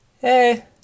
hey